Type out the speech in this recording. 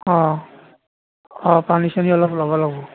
অঁহ অঁ পানী চানি অলপ ল'ব লাগিব